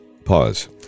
pause